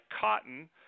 cotton